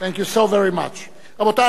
you so very much רבותי,